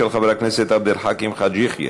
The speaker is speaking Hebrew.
של חבר הכנסת עבד אל חכים חאג' יחיא.